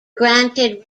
granted